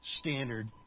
standard